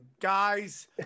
Guys